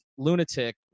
lunatic